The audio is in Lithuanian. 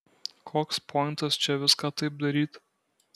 koks pointas čia viską taip daryt